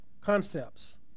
concepts